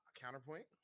Counterpoint